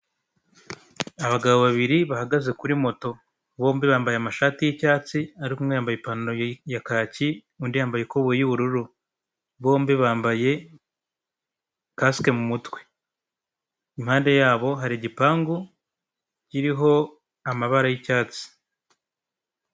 Abagabo babiri bahagaze kuri moto bombi bambaye amashati y'icyatsi ariko umwe yambaye ipantaro ya kaki undi yambaye ikobo y'ubururu, bombi bambaye kasike mu mutwe impande yabo hari igipangu kiriho amabara y'icyatsi.